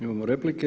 Imamo replike.